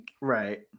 Right